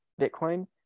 Bitcoin